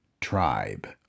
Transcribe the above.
tribe